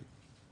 כן.